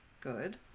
good